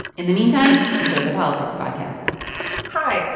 in the meantime, enjoy the politics podcast hi,